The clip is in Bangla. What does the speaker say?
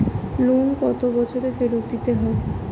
লোন কত বছরে ফেরত দিতে হয়?